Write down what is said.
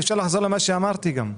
אפשר לחזור למה שאמרתי גם.